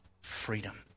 freedom